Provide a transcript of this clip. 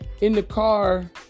in-the-car